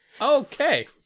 Okay